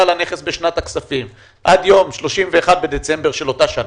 על הנכס בשנת הכספים עד יום 31.12 של אותה שנה,